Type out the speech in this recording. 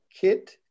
kit